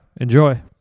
Enjoy